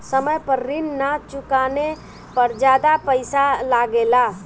समय पर ऋण ना चुकाने पर ज्यादा पईसा लगेला?